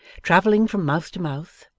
travelling from mouth to mouth,